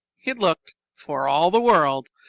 it looked, for all the world,